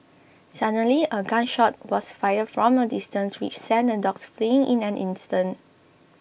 suddenly a gun shot was fired from a distance which sent the dogs fleeing in an instant